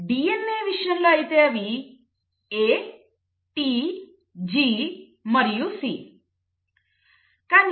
DNA విషయంలో అయితే అవి A T G మరియు C